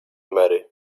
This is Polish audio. mary